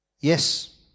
Yes